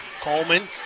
Coleman